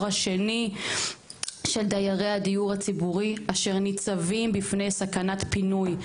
השני של דיירי הדיור הציבורי אשר ניצבים בפני סכנת פינוי,